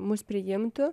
mus priimtų